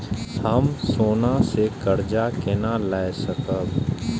हम सोना से कर्जा केना लाय सकब?